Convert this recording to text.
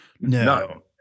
no